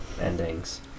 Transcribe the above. endings